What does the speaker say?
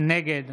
נגד